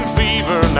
fever